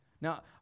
Now